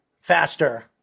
faster